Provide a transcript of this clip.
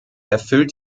erfüllt